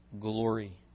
glory